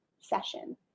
session